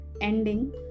ending